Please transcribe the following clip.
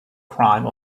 crime